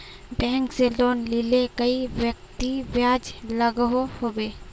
Bank से loan लिले कई व्यक्ति ब्याज लागोहो होबे?